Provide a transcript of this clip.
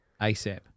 asap